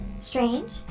Strange